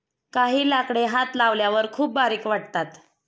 काही लाकडे हात लावल्यावर खूप बारीक वाटतात